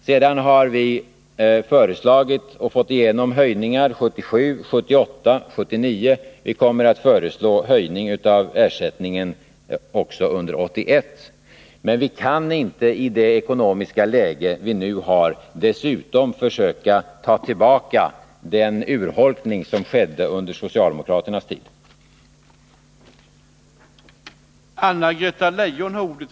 Sedan har vi föreslagit och fått igenom höjningar 1977, 1978 och 1979. Vi kommer att föreslå höjning av ersättningen också under 1981. Men vi kan inte i det ekonomiska läge vi nu har dessutom försöka ta igen den urholkning som skedde under socialdemokraternas regeringstid.